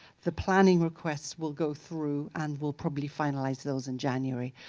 the planning requests will go through and we'll probably finalize those in january.